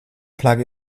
plug